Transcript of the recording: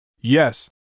Yes